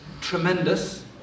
tremendous